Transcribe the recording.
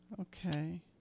Okay